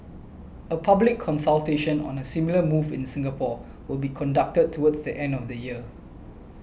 a public consultation on a similar move in Singapore will be conducted towards the end of the year